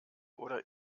oder